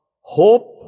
hope